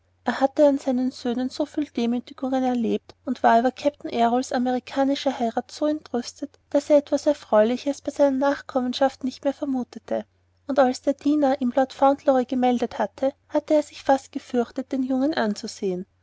er hatte an seinen söhnen so viel demütigungen erlebt und war über kapitän errols amerikanische heirat so entrüstet daß er etwas erfreuliches bei seiner nachkommenschaft nicht mehr vermutete und als der diener ihm lord fauntleroy gemeldet hatte er sich fast gefürchtet den jungen anzusehen